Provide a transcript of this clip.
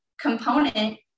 component